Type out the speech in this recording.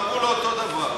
אמרו לו אותו דבר.